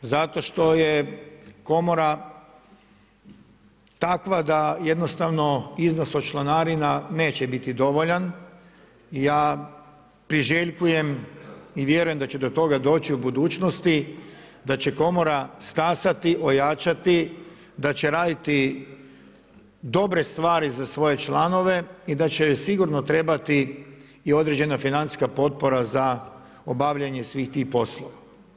Zato što je komora takva da jednostavno iznos od članarina neće biti dovoljan, ja priželjkujem i vjerujem da će do toga doći u budućnosti, da će komora stasati, ojačati, da će raditi dobre stvari za svoje članove i da će joj sigurno trebati i određena financijska potpora za obavljanje svih tih poslova.